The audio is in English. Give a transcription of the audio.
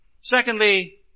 Secondly